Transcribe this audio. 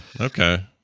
Okay